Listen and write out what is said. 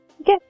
Okay